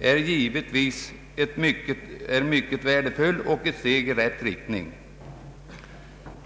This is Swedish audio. är givetvis mycket värdefull och ett steg i rätt riktning.